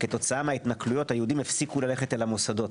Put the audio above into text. וכתוצאה מההתנכלויות היהודים הפסיקו ללכת למוסדות.